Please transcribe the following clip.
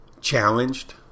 challenged